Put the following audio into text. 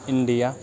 India